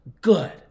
good